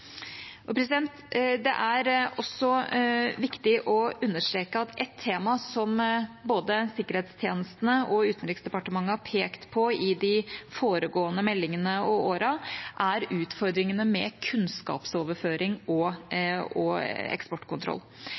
Det er også viktig å understreke at et tema som både sikkerhetstjenestene og Utenriksdepartementet har pekt på i de foregående meldingene og årene, er utfordringene med kunnskapsoverføring og eksportkontroll.